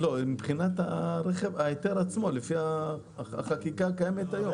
מבחינת ההיתר עצמו, לפי החקיקה הקיימת היום.